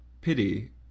Pity